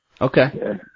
Okay